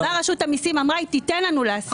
רשות המיסים אמרה שהיא תיתן לנו להשיג.